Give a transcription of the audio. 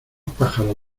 pájaros